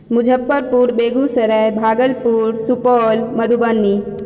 Muzaffarpur Begusarai Bhagalpur Supaul Madhubani